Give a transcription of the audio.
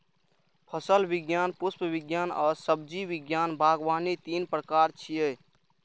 फल विज्ञान, पुष्प विज्ञान आ सब्जी विज्ञान बागवानी तीन प्रकार छियै